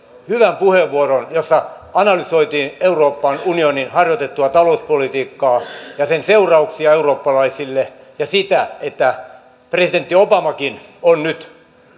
hyvän puheenvuoron jossa analysoitiin euroopan unionin harjoittamaa talouspolitiikkaa ja sen seurauksia eurooppalaisille ja sitä että presidentti obamakin on nyt